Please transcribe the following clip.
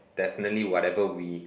definitely whatever we